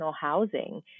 housing